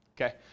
Okay